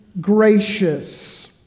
gracious